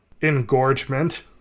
Engorgement